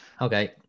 Okay